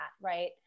Right